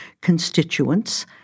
constituents